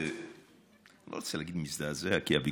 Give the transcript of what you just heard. זה מדהים.